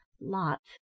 Lots